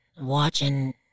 watching